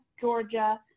Georgia